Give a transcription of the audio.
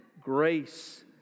grace